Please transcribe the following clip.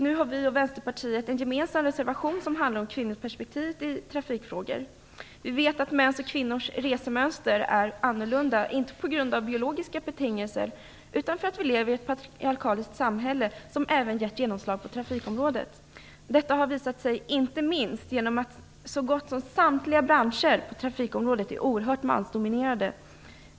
Nu har vi och Vänsterpartiet en gemensam reservation som handlar om kvinnoperspektivet i trafikfrågorna. Vi vet att mäns och kvinnors resemönster skiljer sig åt, inte på grund av biologiska betingelser utan för att vi lever i ett patriarkaliskt samhälle, och det har även slagit igenom på trafikområdet. Detta har inte minst visat sig genom att så gott som samtliga branscher på trafikområdet är oerhört mansdominerade.